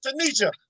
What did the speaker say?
Tanisha